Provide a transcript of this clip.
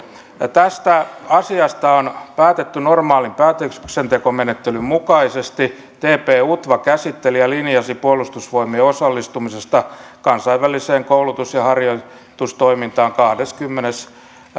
tästä asiasta on päätetty normaalin päätöksentekomenettelyn mukaisesti tp utva käsitteli ja linjasi puolustusvoimien osallistumisesta kansainväliseen koulutus ja harjoitustoimintaan kahdeskymmenes